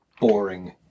boring